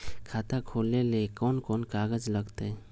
खाता खोले ले कौन कौन कागज लगतै?